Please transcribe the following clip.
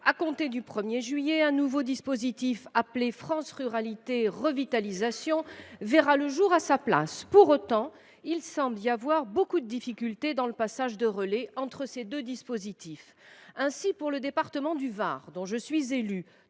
À compter du 1 juillet suivant, un nouveau dispositif, appelé zones « France Ruralités Revitalisation » (FRR), verra le jour pour le remplacer. Pour autant, il semble y avoir plusieurs difficultés dans le passage de relais entre les deux dispositifs. Ainsi, pour le département du Var, dont je suis élue,